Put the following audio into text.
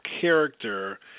character